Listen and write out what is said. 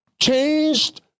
changed